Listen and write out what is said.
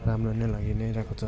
राम्रो नै लागि नै रहेको छ